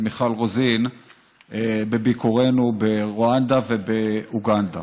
מיכל רוזין בביקורנו ברואנדה ובאוגנדה.